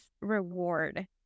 reward